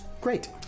Great